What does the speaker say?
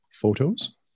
Photos